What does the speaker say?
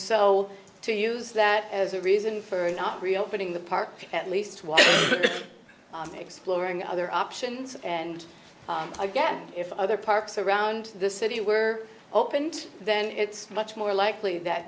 so to use that as a reason for not reopening the park at least was exploring other options and i guess if other parks around the city were opened then it's much more likely that